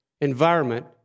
environment